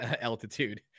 altitude